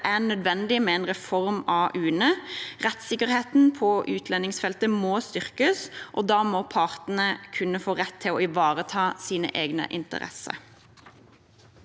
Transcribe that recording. og nødvendig med en reform av UNE. Rettssikkerheten på utlendingsfeltet må styrkes, og da må partene ha rett til å ivareta sine egne interesser.